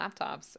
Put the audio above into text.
laptops